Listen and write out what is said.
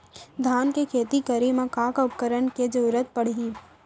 धान के खेती करे मा का का उपकरण के जरूरत पड़हि?